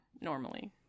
normally